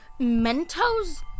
Mentos